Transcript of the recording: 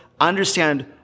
understand